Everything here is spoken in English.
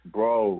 Bro